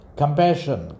compassion